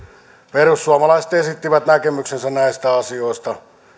perussuomalaiset esittivät näkemyksensä näistä asioista